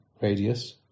radius